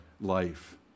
life